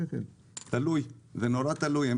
תלוי, זה נורא תלוי.